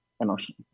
emotion